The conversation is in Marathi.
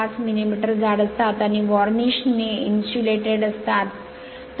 5 मिलीमीटर जाड असतात आणि वार्निश ने इन्सुलेटेड असतात